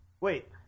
Wait